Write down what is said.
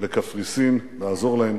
שהערב הם יגיעו לקפריסין, לעזור להם.